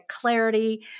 clarity